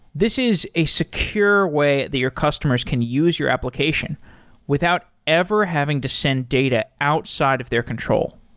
this is a secure way the your customers can use your application without ever having to send data outside of their control.